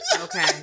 Okay